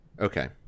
Okay